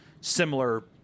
similar